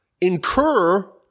incur